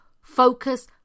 focus